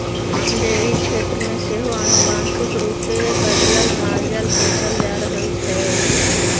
dairy क्षेत्र मे सेहो आनुवांशिक रूपे बदलल मालजाल पोसल जा रहल छै